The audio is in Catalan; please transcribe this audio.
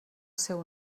seu